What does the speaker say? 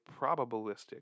probabilistic